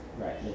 right